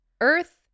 Earth